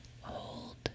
Hold